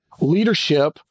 leadership